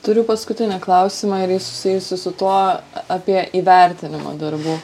turiu paskutinį klausimą ir ji susijusi su tuo apie įvertinimą darbų